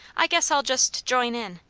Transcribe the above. i guess i'll just join in.